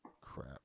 Crap